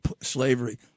slavery